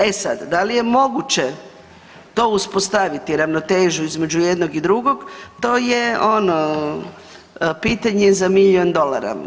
E sad, da li je moguće to uspostaviti ravnotežu između jednog i drugo, to je ono pitanje za milijun dolara.